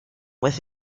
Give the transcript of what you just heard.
with